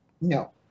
No